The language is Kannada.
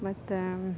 ಮತ್ತು